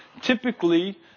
Typically